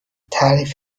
تعریف